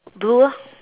blue ah